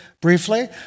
briefly